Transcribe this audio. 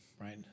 right